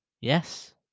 yes